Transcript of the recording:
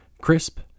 crisp